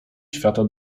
świata